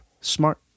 Smart